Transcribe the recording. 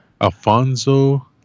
Alfonso